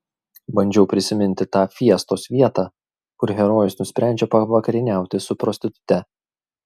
bandžiau prisiminti tą fiestos vietą kur herojus nusprendžia pavakarieniauti su prostitute